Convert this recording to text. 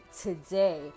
today